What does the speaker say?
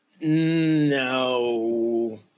No